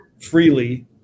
Freely